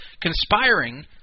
conspiring